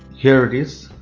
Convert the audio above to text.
here it is.